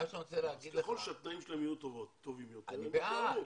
אז ככל שהתנאים שלהן יהיו טובים יותר הן יישארו.